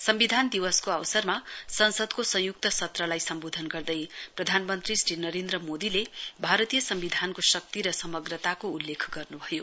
सम्विधान दिवसको अवसरमा संसदको संयुक्त सत्रलाई सम्वोधन गर्दै प्रधानमन्त्री श्री नरेन्द्र मोदीले भारतीय सम्विधानको शक्ति र समग्रताको उल्लेख गर्नुभयो